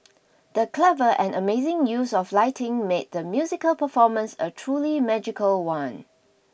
the clever and amazing use of lighting made the musical performance a truly magical one